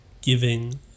giving